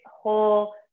whole